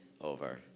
over